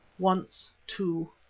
once too,